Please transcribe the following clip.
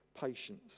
patience